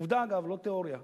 עובדה, אגב, לא תיאוריה.